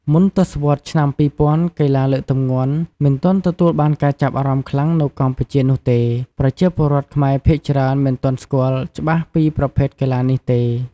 មុនទសវត្សរ៍ឆ្នាំ២០០០ កីឡាលើកទម្ងន់មិនទាន់ទទួលបានការចាប់អារម្មណ៍ខ្លាំងនៅកម្ពុជានោះទេ។ ប្រជាពលរដ្ឋខ្មែរភាគច្រើនមិនទាន់ស្គាល់ច្បាស់ពីប្រភេទកីឡានេះទេ។